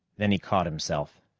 then he caught himself.